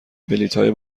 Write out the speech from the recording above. بلیطهای